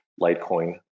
Litecoin